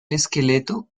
esqueleto